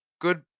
good